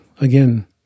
again